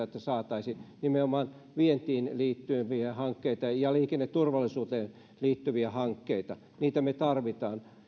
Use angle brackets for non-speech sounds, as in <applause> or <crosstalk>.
<unintelligible> että saataisiin nimenomaan vientiin liittyviä hankkeita ja liikenneturvallisuuteen liittyviä hankkeita niitä me tarvitsemme